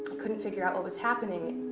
couldn't figure out what was happening.